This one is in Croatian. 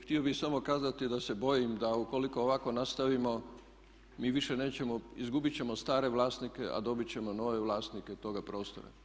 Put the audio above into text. Htio bih samo kazati da se bojim da ukoliko ovako nastavimo mi više nećemo, izgubiti ćemo stare vlasnike a dobiti ćemo nove vlasnike toga prostora.